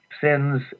sins